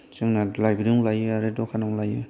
जोंना लाइब्रेरि यावनो लायो आरो दखानाव लायो